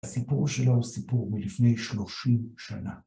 הסיפור שלו הוא סיפור מלפני שלושים שנה.